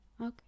Okay